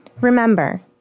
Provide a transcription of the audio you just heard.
Remember